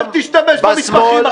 אל תשתמש במתמחים עכשיו.